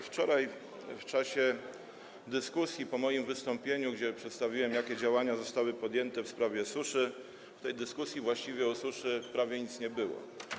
Wczoraj w czasie dyskusji po moim wystąpieniu, gdzie przedstawiłem, jakie działania zostały podjęte w sprawie suszy, w tej dyskusji właściwie o suszy prawie nic nie było.